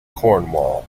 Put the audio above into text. cornwall